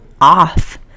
off